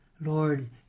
Lord